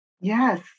Yes